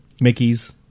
mickey's